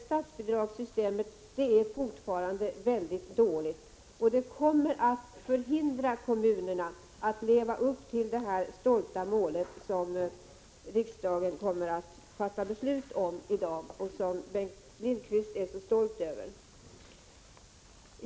Statsbidragssystemet är fortfarande mycket dåligt, och det kommer att förhindra kommunerna att leva upp till det stolta mål som riksdagen kommer att fatta beslut om i dag och som Bengt Lindqvist är så stolt över.